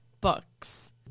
books